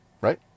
Right